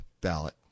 ballot